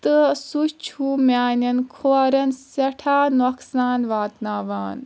تہٕ سُہ چھُ میانٮ۪ن کھۄرن سٮ۪ٹھاہ نۄقصان واتناوان